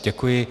Děkuji.